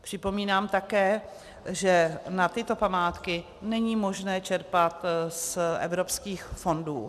Připomínám také, že na tyto památky není možné čerpat z evropských fondů.